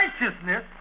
righteousness